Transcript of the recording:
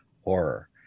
horror